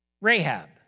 Rahab